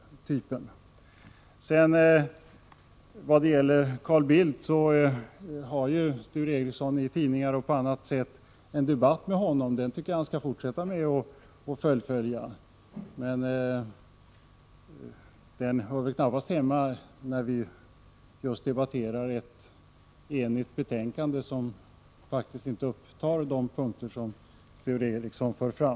Vad gäller Carl Bildt har ju Sture Ericson i tidningar och på annat sätt en debatt med honom. Den tycker jag att de skall fortsätta. Den hör knappast hemma i en debatt om ett enigt betänkande som faktiskt inte upptar de punkter som Sture Ericson för fram.